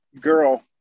girl